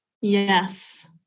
Yes